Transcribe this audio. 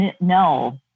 no